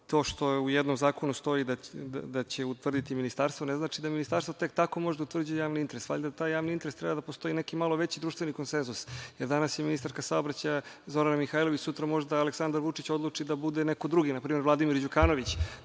što u jednom zakonu stoji da će utvrditi Ministarstvo, ne znači da Ministarstvo može tek tako da utvrđuje javni interes. Valjda za taj javni interes treba da postoji neki veći društveni konsenzus, jer danas je ministarka saobraćaja Zorana Mihajlović, a sutra možda Aleksandar Vučić odluči da to bude neko drugi, na primer Vladimir Đukanović,